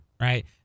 right